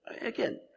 again